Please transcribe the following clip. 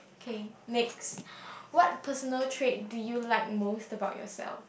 okay next what personal trait do you like most about yourself